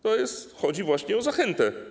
To jest, chodzi właśnie o zachętę.